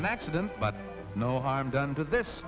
an accident but no harm done to this